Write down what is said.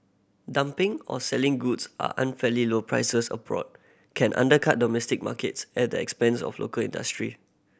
dumping or selling goods are unfairly low prices abroad can undercut domestic markets at the expense of local industry